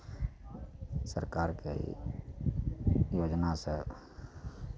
सरकारके योजनासँ